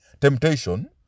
temptation